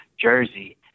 jersey